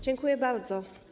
Dziękuję bardzo.